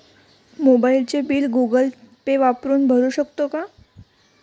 मोबाइलचे bill Google Pay वापरून भरू शकतो का?